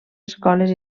escoles